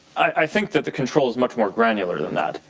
i think that the control is much more granular than that.